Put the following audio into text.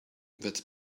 that’s